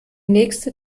nächste